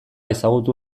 ezagutu